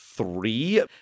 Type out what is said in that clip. Three